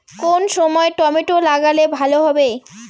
কোন সময় টমেটো লাগালে ভালো হবে?